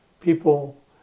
people